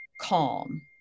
calm